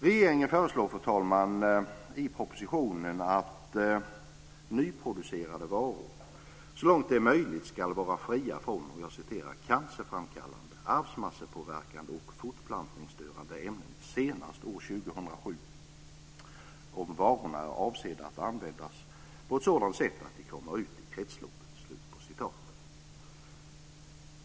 Regeringen föreslår i propositionen att nyproducerade varor så långt det är möjligt ska vara fria från cancerframkallande, arvsmassepåverkande och fortplantningsstörande ämnen senast år 2007 om varorna är avsedda att användas på ett sådant sätt att de kommer ut i kretsloppet.